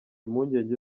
impungenge